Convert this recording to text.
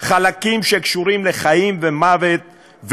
חלקים שקשורים לחיים ומוות,